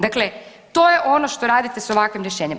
Dakle, to je ono što radite sa ovakvim rješenjem.